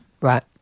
Right